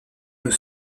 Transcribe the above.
nous